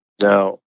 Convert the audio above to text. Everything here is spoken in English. Now